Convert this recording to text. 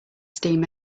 steam